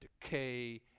decay